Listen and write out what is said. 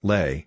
Lay